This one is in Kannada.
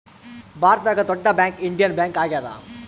ಭಾರತದಾಗ ದೊಡ್ಡ ಬ್ಯಾಂಕ್ ಇಂಡಿಯನ್ ಬ್ಯಾಂಕ್ ಆಗ್ಯಾದ